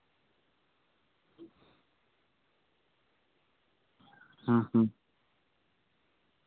ᱦᱮᱸᱼᱦᱮᱸ